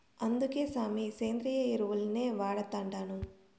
అందుకే సామీ, సేంద్రియ ఎరువుల్నే వాడతండాను